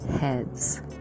heads